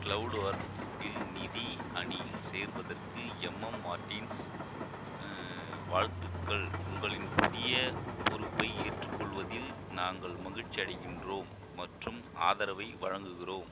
cloud works இல் நிதி அணியில் சேர்வதற்கு எம்எம் மார்டின்ஸ் வாழ்த்துகள் உங்களின் புதிய பொறுப்பை ஏற்றுக்கொள்வதில் நாங்கள் மகிழ்ச்சியடைகின்றோம் மற்றும் ஆதரவை வழங்குகிறோம்